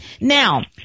now